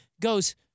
goes